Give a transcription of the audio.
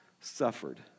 suffered